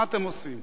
מה אתם עושים?